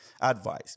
advice